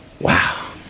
Wow